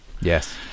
Yes